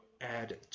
add